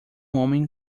homem